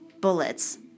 bullets